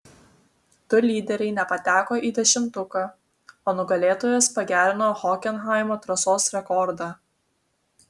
du lyderiai nepateko į dešimtuką o nugalėtojas pagerino hokenhaimo trasos rekordą